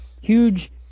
huge